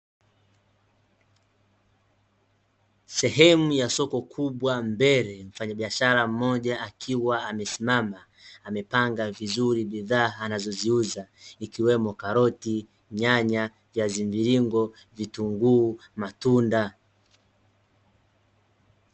Sehemu ya soko kubwa, mbele mfanyabishara mmoja akiwa amesimama, amepanga vizuri bidhaa anazoziuza ikiwemo: karoti, nyanya, viazi mviringo, vitunguu matunda.